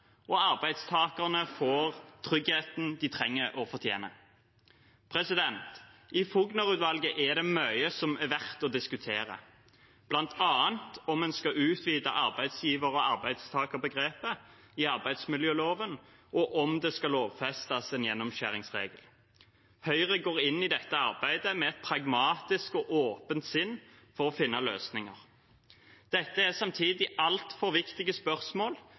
og arbeidstakerne får tryggheten de trenger og fortjener. I Fougner-utvalget er det mye som er verdt å diskutere, bl.a. om en skal utvide arbeidsgiver- og arbeidstakerbegrepet i arbeidsmiljøloven, og om det skal lovfestes en gjennomskjæringsregel. Høyre går inn i dette arbeidet med et pragmatisk og åpent sinn for å finne løsninger. Dette er samtidig altfor viktige spørsmål